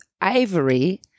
ivory